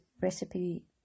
recipe